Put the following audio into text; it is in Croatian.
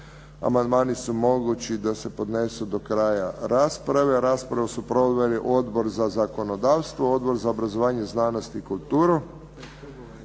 Amandmani su mogući da se podnesu do kraja rasprave. Raspravu su proveli Odbor za zakonodavstvo, Odbor za obrazovanje, znanost i kulturu.